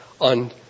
on